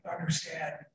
understand